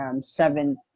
seven